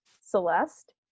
Celeste